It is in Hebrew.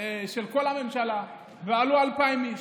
של כל הממשלה, ועלו 2,000 איש.